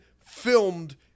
filmed